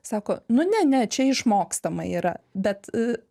sako nu ne ne čia išmokstama yra bet